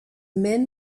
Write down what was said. men